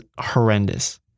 horrendous